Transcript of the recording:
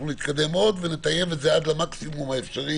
אנחנו נתקדם עוד ונטייב את זה עד למקסימום האפשרי.